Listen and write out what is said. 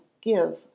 give